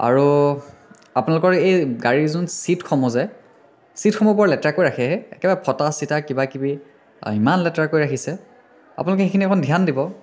আৰু আপোনালোকৰ এই গাড়ীৰ যোন ছিটসমূহ যে ছিটসমূহ বৰ লেতেৰাকৈ ৰাখে হে একেবাৰে ফটা চিটা কিবাকিবি আৰু ইমান লেতেৰাকৈ ৰাখিছে আপোনালোকে সেইখিনি অকণমান ধ্যান দিব